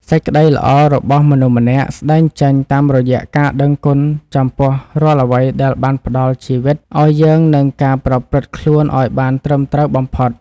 សេចក្តីល្អរបស់មនុស្សម្នាក់ស្តែងចេញតាមរយៈការដឹងគុណចំពោះរាល់អ្វីដែលបានផ្តល់ជីវិតឱ្យយើងនិងការប្រព្រឹត្តខ្លួនឱ្យបានត្រឹមត្រូវបំផុត។